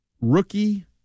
rookie